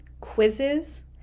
Quizzes